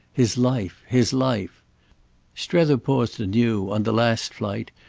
his life, his life strether paused anew, on the last flight,